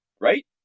right